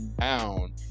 down